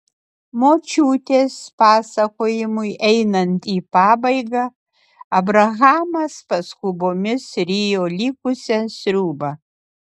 močiutės pasakojimui einant į pabaigą abrahamas paskubomis rijo likusią sriubą